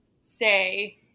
stay